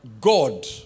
God